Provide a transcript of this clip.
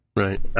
Right